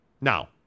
Now